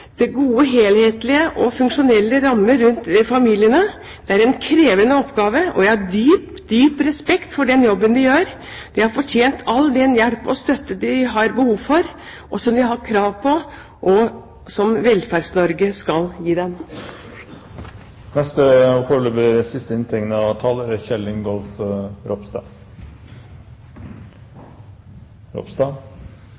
for gode, helhetlige og funksjonelle rammer rundt familiene. Det er en krevende oppgave, og jeg har dyp, dyp respekt for den jobben de gjør. De har fortjent all den støtte og hjelp de har behov for, som de har krav på, og som Velferds-Norge skal gi dem. Det som fekk meg til å ta ordet igjen, var noko statsråden sa, og